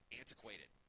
antiquated